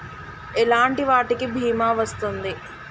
ఎలాంటి వాటికి బీమా వస్తుంది?